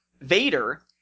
Vader